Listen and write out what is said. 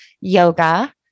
yoga